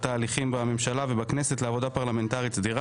התהליכים בממשלה ובכנסת לעבודה פרלמנטרית סדירה.